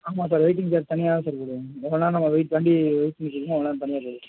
ஆமாம் sir waiting charge தனியாக தான் சார் போடுவாங்க எவ்வளோ நேரம் நம்ப வெய் வண்டி வெய்ட் பண்ணி அவ்வளோ நேரம் பண்ணிடுறது